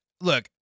look